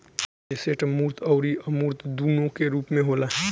asset मूर्त अउरी अमूर्त दूनो रूप में होला